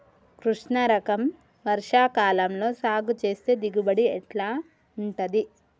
కృష్ణ రకం వర్ష కాలం లో సాగు చేస్తే దిగుబడి ఎట్లా ఉంటది?